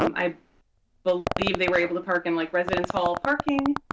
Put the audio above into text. um i believe they were able to park in, like, residence hall parking.